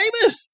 baby